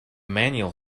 manual